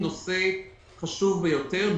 נושא חשוב ביותר,